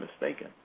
mistaken